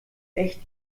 echt